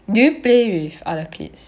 do you play with other kids